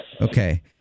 Okay